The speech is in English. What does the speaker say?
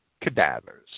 cadavers